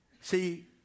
see